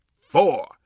four